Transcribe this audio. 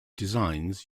designs